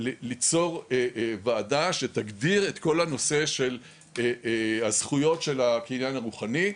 ליצור ועדה שתגדיר את כל הנושא של זכויות הקניין הרוחני.